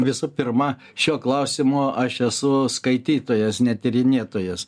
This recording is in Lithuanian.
visų pirma šio klausimo aš esu skaitytojas ne tyrinėtojas